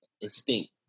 instinct